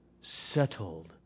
settled